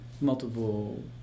multiple